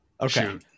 Okay